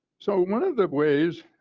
so one of the ways